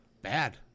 bad